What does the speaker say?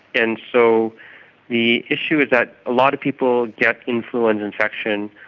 and so the issue is that a lot of people get influenza infection,